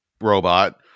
robot